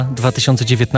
2019